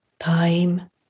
time